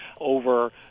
over